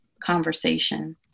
conversation